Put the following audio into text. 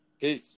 Peace